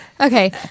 Okay